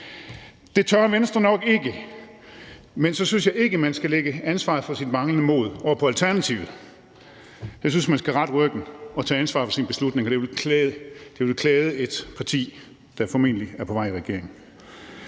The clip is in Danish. Det tør Venstre nok ikke, men så synes jeg ikke, at man skal lægge ansvaret for sit manglende mod over på Alternativet. Jeg synes, man skal rette ryggen og tage ansvar for sine beslutninger; det ville klæde et parti, der formentlig er på vej i regering.